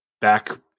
back